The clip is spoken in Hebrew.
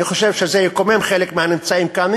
אני חושב שזה יקומם חלק מהנמצאים כאן.